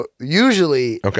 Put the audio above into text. Usually